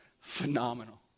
phenomenal